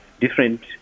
different